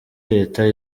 leta